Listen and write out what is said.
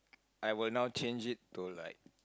I will now change to like